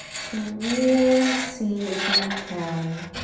to really see if you can